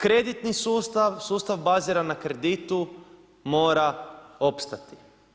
Kreditni sustav, sustav baziran na kreditu mora opstati.